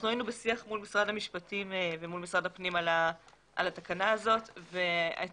היינו בשיח מול משרד המשפטים ומול משרד הפנים על התקנה הזאת ואת